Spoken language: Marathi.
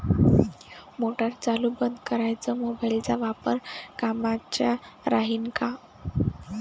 मोटार चालू बंद कराच मोबाईलचा वापर कामाचा राहीन का?